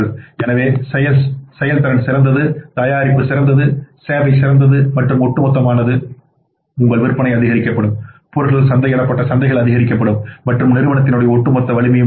எனவே செயல்திறன் சிறந்தது தயாரிப்பு சிறந்தது சேவை சிறந்தது மற்றும் ஒட்டுமொத்தமானது உங்கள் விற்பனை அதிகரிக்கப்படும் பொருள்கள் சந்தை இடப்பட்ட சந்தைகள் அதிகரிக்கப்படும் மற்றும் நிறுவனத்தின் ஒட்டுமொத்த வலிமையும் மேம்படும்